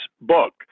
book